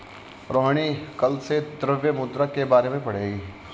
रोहिणी कल से द्रव्य मुद्रा के बारे में पढ़ेगी